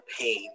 pain